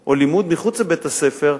או לימוד מחוץ לבית-הספר,